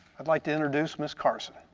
i'd like to introduce ms. carson.